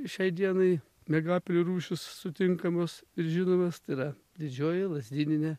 šiai dienai miegapelių rūšys sutinkamos ir žinomos tai yra didžioji lazdyninė